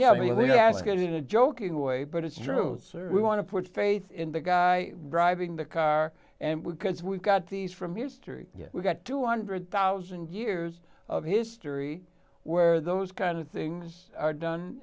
know they ask it in a joking way but it's true sir we want to put faith in the guy driving the car and because we've got these from your street we've got two hundred thousand years of history where those kind of things are done